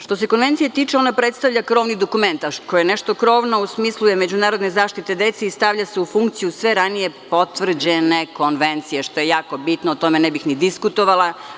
Što se Konvencije tiče, ona predstavlja krovni dokument, a ako je nešto krovno, u smislu je međunarodne zaštite dece i stavlja se u funkciju sve ranije potvrđene konvencije, što je jako bitno i o tome ne bih ni diskutovala.